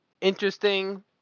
interesting